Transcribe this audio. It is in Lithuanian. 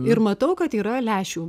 ir matau kad yra lęšių